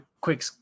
quick